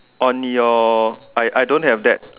on your I I don't have that